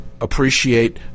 appreciate